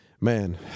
man